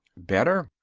better.